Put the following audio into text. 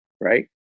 right